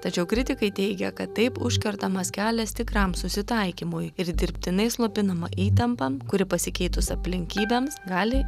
tačiau kritikai teigia kad taip užkertamas kelias tikram susitaikymui ir dirbtinai slopinama įtampa kuri pasikeitus aplinkybėms gali